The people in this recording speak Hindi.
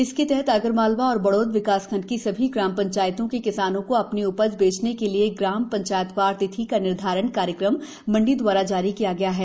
इसके तहत आगरमालवा एवं बड़ौद विकासखण्ड की सभी ग्राम पंचायतों के किसानों को अपनी उपज बेचने के लिए ग्राम पंचायतवार तिथि का निर्धारण कार्यक्रम मंडी दवारा जारी किया है